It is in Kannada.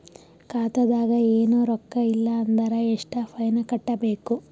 ಖಾತಾದಾಗ ಏನು ರೊಕ್ಕ ಇಲ್ಲ ಅಂದರ ಎಷ್ಟ ಫೈನ್ ಕಟ್ಟಬೇಕು?